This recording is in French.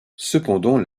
cependant